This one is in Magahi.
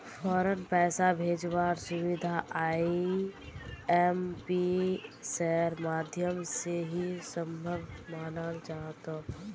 फौरन पैसा भेजवार सुबिधा आईएमपीएसेर माध्यम से ही सम्भब मनाल जातोक